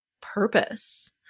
purpose